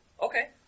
Okay